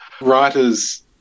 writers